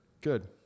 Good